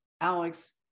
alex